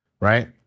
Right